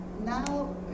Now